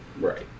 right